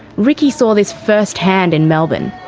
ricky saw this firsthand in melbourne.